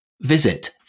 Visit